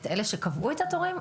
את אלה שקבעו את התורים?